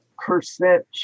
percent